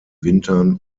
wintern